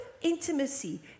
intimacy